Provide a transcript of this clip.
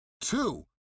Two